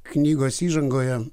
knygos įžangoje